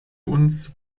uns